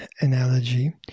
analogy